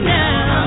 now